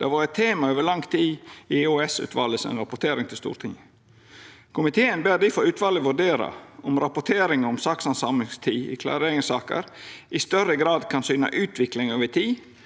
Det har vore eit tema over lang tid i EOS-utvalet si rapportering til Stortinget. Komiteen ber difor utvalet vurdera om rapportering om sakshandsamingstid i klareringssaker i større grad kan syna utviklinga over tid